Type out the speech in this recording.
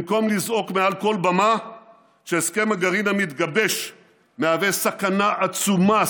במקום לזעוק מעל כל במה שהסכם הגרעין המתגבש מהווה סכנה עצומה,